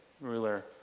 ruler